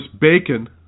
bacon